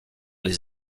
les